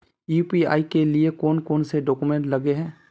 UPI के लिए कौन कौन से डॉक्यूमेंट लगे है?